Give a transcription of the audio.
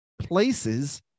places